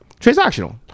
transactional